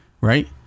right